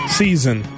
season